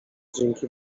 dzięki